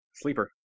Sleeper